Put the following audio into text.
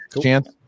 Chance